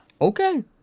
okay